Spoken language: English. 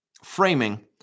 Framing